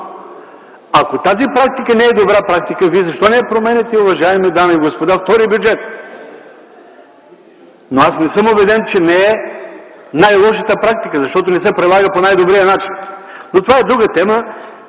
Ако тази практика не е добра, вие защо не я променяте, уважаеми дами и господа, втори бюджет? Аз не съм убеден, че не е най-лошата практика, защото не се прилага по най-добрия начин. Това е друга тема.